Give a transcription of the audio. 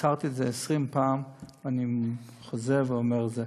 הצהרתי את זה עשרים פעם, ואני חוזר ואומר את זה: